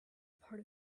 part